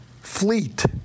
fleet